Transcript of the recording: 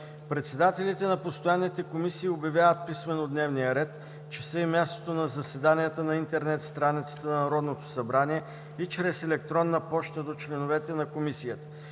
Председателите на постоянните комисии обявяват писмено дневния ред, часа и мястото на заседанията на интернет страницата на Народното събрание и чрез електронна поща до членовете на комисията.